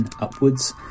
upwards